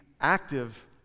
active